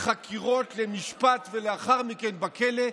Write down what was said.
לחקירות, למשפט ולאחר מכן לכלא,